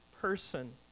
person